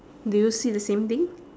do you see the same thing